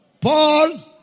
Paul